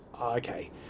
okay